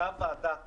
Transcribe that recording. אותה ועדה אומרת: